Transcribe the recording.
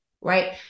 right